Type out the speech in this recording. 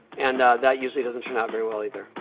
and that usually doesn't turn out very well, either.